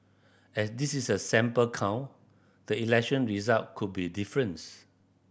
as this is a sample count the election result could be differents